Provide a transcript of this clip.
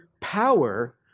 power